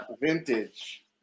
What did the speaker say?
vintage